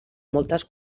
moltes